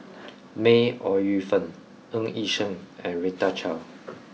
May Ooi Yu Fen Ng Yi Sheng and Rita Chao